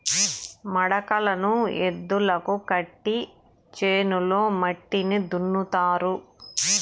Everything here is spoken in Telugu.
మడకలను ఎద్దులకు కట్టి చేనులో మట్టిని దున్నుతారు